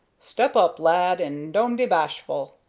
step up, lad, and doan't be bashful.